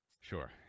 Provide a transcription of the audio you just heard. sure